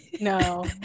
No